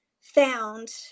found